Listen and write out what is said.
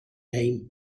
name